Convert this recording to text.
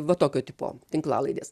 va tokio tipo tinklalaidės